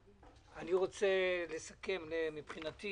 אני בטוח שאם הוא בחר אותך אתה תהיה לו